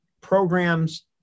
programs